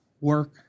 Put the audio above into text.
work